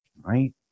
right